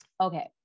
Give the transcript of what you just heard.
okay